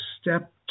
step